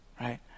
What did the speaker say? Right